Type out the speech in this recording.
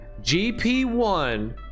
GP1